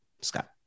Scott